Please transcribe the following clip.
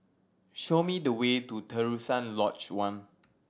show me the way to Terusan Lodge One